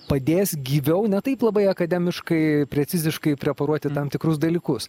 padės gyviau ne taip labai akademiškai preciziškai preparuoti tam tikrus dalykus